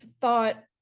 thought